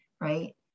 right